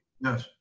Yes